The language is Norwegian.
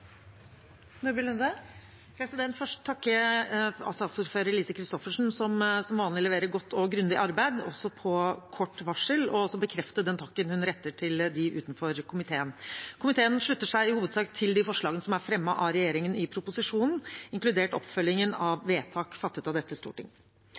hun refererte til. Først vil jeg takke saksordføreren, Lise Christoffersen, som – som vanlig – leverer godt og grundig arbeid også på kort varsel. Jeg vil også bekrefte den takken hun retter til dem utenfor komiteen. Komiteen slutter seg i hovedsak til de forslagene som er fremmet av regjeringen i proposisjonen, inkludert oppfølgingen